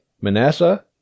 Manasseh